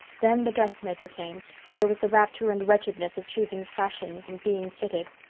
then the dressmaker came, and there was the rapture and wretchedness of choosing fashions and being fitted.